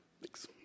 Thanks